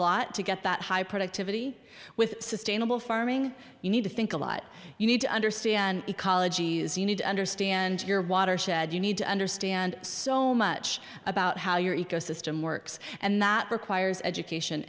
lot to get that high productivity with sustainable farming you need to think a lot you need to understand ecologies you need to understand your watershed you need to understand so much about how your ecosystem works and that requires education